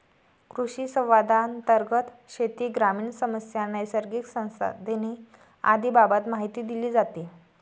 कृषिसंवादांतर्गत शेती, ग्रामीण समस्या, नैसर्गिक संसाधने आदींबाबत माहिती दिली जाते